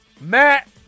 Matt